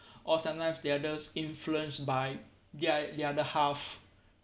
or sometimes the other influenced by their the other half